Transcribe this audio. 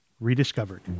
rediscovered